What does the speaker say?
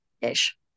ish